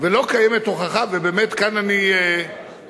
ולא קיימת הוכחה, ובאמת, כאן אני תמה,